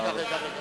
רגע, רגע.